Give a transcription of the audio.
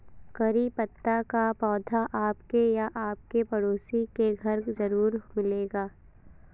करी पत्ता का पौधा आपके या आपके पड़ोसी के घर ज़रूर मिलेगा